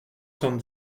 cent